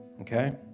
okay